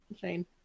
Shane